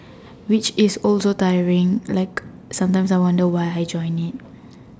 which is also tiring like sometimes I wonder why I join it